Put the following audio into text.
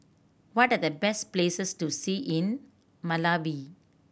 what are the best places to see in Malawi